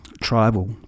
tribal